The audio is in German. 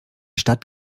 stadt